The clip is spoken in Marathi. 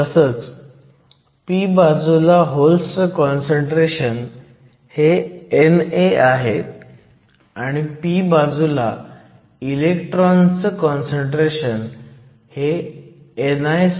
तसंच p बाजूला होल्सचं काँसंट्रेशन हे NA आहे आणि p बाजूला इलेक्ट्रॉनचं काँसंट्रेशन हे ni2NA आहे